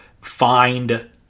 find